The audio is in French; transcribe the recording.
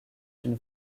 une